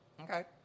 Okay